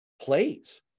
plays